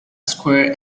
square